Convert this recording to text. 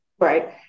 Right